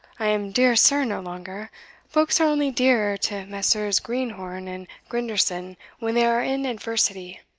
i am dear sir no longer folks are only dear to messrs. greenhorn and grinderson when they are in adversity